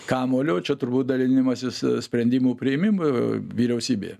kamuoliu o čia turbūt dalinimasis sprendimų priėmimu vyriausybėje